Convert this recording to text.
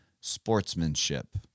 sportsmanship